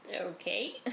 Okay